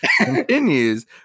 continues